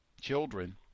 children